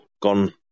gone